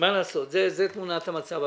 מה לעשות, זאת תמונת המצב.